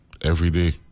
everyday